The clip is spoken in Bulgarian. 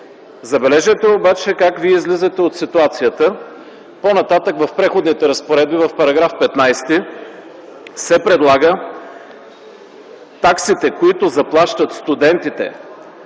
Забележете обаче как вие излизате от ситуацията. По-нататък в Преходните разпоредби, в § 15 се предлага таксите, които заплащат студентите